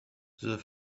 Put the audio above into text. the